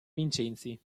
vincenzi